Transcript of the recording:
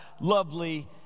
lovely